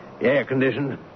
Air-conditioned